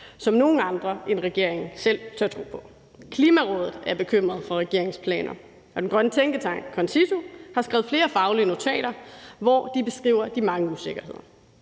som nogen andre end regeringen selv tør tro på. Klimarådet er bekymret over regeringens planer, og den grønne tænketank CONCITO har skrevet flere faglige notater, hvor de beskriver de mange usikkerheder.